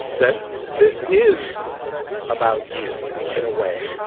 that this is about you in a way,